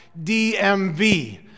DMV